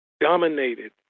dominated